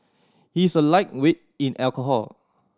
he is a lightweight in alcohol